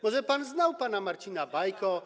Może pan znał pana Marcina Bajkę.